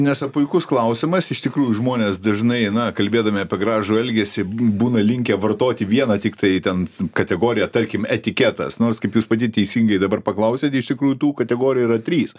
nes ir puikus klausimas iš tikrųjų žmonės dažnai na kalbėdami apie gražų elgesį bū būna linkę vartoti vieną tiktai ten kategoriją tarkim etiketas nors kaip jūs pati teisingai dabar paklausėte iš tikrųjų tų kategorijų yra trys